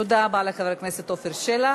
תודה רבה לחבר הכנסת עפר שלח.